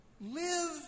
live